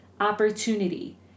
opportunity